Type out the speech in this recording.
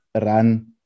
run